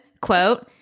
quote